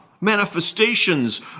manifestations